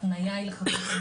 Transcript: וההתניה היא לחקיקה